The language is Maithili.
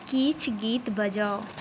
किछु गीत बजाउ